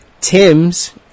Tim's